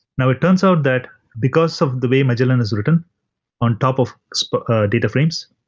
now it turns out that because of the way magellan is written on top of so but ah data frames,